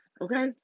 okay